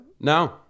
No